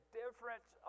difference